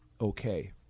okay